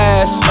Ass